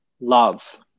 love